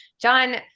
John